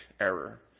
error